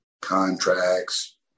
contracts